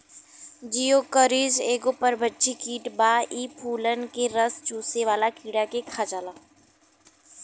Geocoris एगो परभक्षी कीट बा इ फूलन के रस चुसेवाला कीड़ा के खा जाला